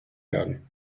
werden